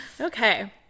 Okay